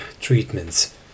treatments